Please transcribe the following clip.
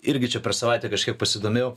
irgi čia per savaitę kažkiek pasidomėjau